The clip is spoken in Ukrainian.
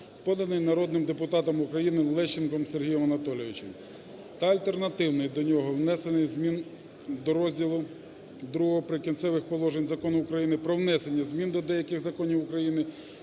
поданий народним депутатом України Лещенком Сергієм Анатолійовичем, та альтернативний до нього – внесення змін до Розділу ІІ "Прикінцевих положень" Закону України "Про внесення змін до деяких законів України